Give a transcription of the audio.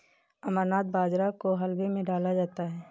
अमरनाथ बाजरा को हलवे में डाला जाता है